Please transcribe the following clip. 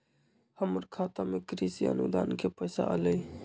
हमर खाता में कृषि अनुदान के पैसा अलई?